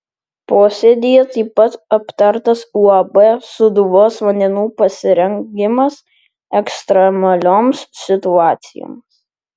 posėdyje taip pat aptartas uab sūduvos vandenų pasirengimas ekstremalioms situacijoms